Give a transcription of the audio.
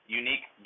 unique